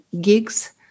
gigs